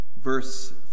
verse